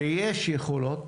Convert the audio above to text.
ויש יכולות,